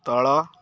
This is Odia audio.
ତଳ